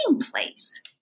place